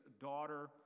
daughter